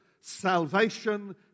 Salvation